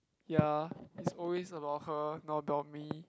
ya is always about her not about me